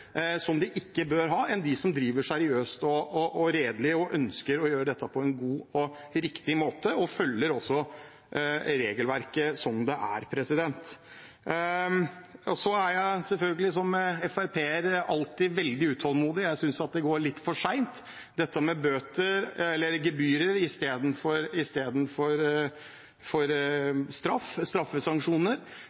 enn dem som driver seriøst og redelig, som ønsker å gjøre dette på en god og riktig måte, og som følger regelverket. Så er jeg selvfølgelig som Frp-er alltid veldig utålmodig, jeg synes det går litt for sent. Dette med gebyrer istedenfor straffesanksjoner mener jeg har tatt altfor lang tid. Jeg mener det burde komme enda raskere på plass, for